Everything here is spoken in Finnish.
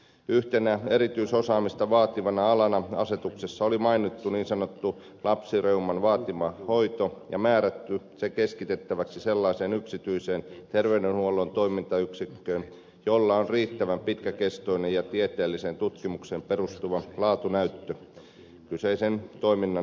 yhtenä erityisosaamista vaativana alana asetuksessa oli mainittu niin sanotun lapsireuman vaatima hoito ja määrätty se keskitettäväksi sellaiseen yksityiseen terveydenhuollon toimintayksikköön jolla on riittävän pitkäkestoinen ja tieteelliseen tutkimukseen perustuva laatunäyttö kyseisen toiminnan harjoittamisesta